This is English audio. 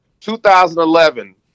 2011